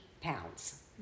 pounds